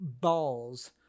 balls